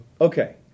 Okay